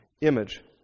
image